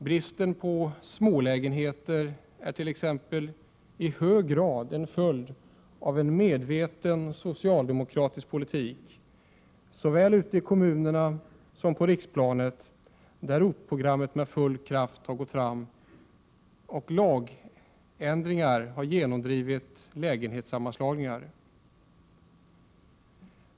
Bristen på smålägenheter är t.ex. i hög grad en följd av en medveten socialdemokratisk politik, såväl ute i kommunerna som på riksplanet, där ROT-programmet har gått fram med full kraft och lagändringar har genomdrivit lägenhetssammanslagningar.